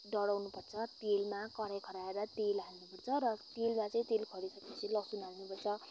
ढडाउनु पर्छ तेलमा कराई खराएर तेल हाल्नुपर्छ र तेलमा चाहिँ तेल खरेपछि लसुन हाल्नुपर्छ